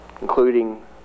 including